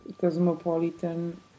cosmopolitan